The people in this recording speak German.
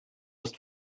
ist